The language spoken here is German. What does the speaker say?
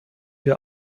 wir